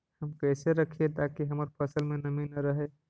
हम कैसे रखिये ताकी हमर फ़सल में नमी न रहै?